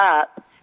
up